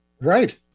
Right